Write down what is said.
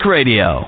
Radio